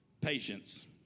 patience